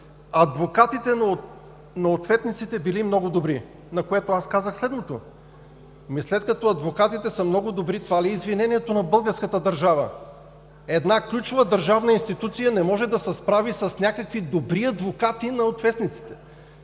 „Адвокатите на ответниците били много добри“, на което аз казах следното: „Ами, след като адвокатите са много добри, това ли е извинението на българската държава? Една ключова държавна институция не може да се справи с някакви добри адвокати на ответниците“.